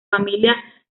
familia